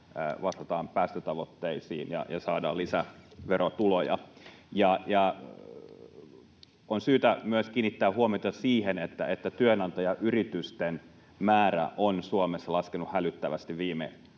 vastataan päästötavoitteisiin ja saadaan lisää verotuloja. On syytä kiinnittää huomiota myös siihen, että työnantajayritysten määrä on Suomessa laskenut hälyttävästi viime vuosien